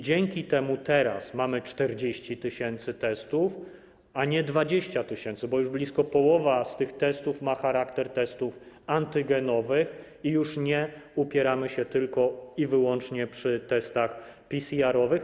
Dzięki temu teraz mamy 40 tys. testów, a nie 20 tys., bo już blisko połowa z tych testów ma charakter testów antygenowych i już nie upieramy się tylko i wyłącznie przy testach PCR-owych.